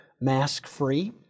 mask-free